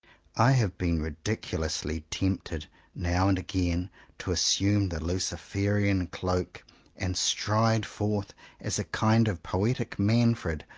i have been ridiculously tempted now and again to assume the luciferian cloak and stride forth as a kind of poetic manfred,